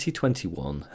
2021